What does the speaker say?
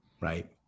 Right